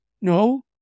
No